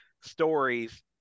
stories